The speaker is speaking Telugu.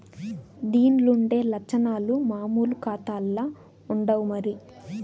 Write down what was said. దీన్లుండే లచ్చనాలు మామూలు కాతాల్ల ఉండవు మరి